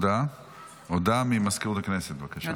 הודעה למזכירות הכנסת, בבקשה.